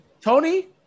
Tony